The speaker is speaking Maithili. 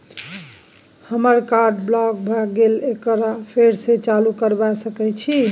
हमर कार्ड ब्लॉक भ गेले एकरा फेर स चालू करबा सके छि?